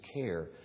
care